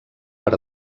per